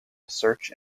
search